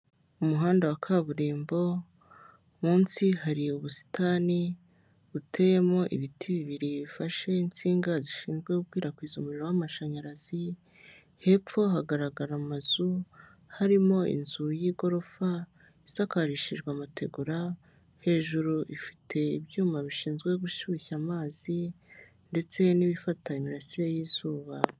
Umuhanda wa kaburimbo, munsi hari ubusitani buteyemo ibiti bibiri bifashe insinga zishinzwe gukwirakwiza umuriro w'amashanyarazi, hepfo hagaragara amazu. Harimo inzu y'igorofa isakarishijwe amategura, hejuru ifite ibyuma bishinzwe gushyushya amazi ndetse n'ibifata imirasire y'izuba.